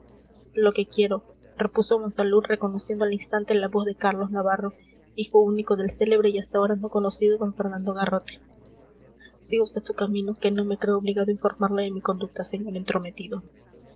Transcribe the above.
lo que quiero repuso monsalud reconociendo al instante la voz de carlos navarro hijo único del célebre y hasta ahora no conocido d fernando garrote siga vd su camino que no me creo obligado a informarle de mi conducta señor entrometido